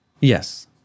Yes